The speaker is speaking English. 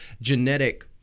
genetic